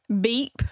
beep